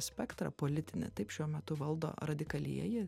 spektrą politinę taip šiuo metu valdo radikalieji